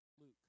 Luke